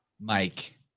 Mike